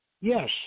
Yes